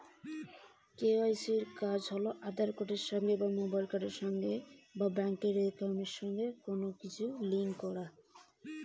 KYC এর কাজ কি?